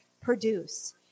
produce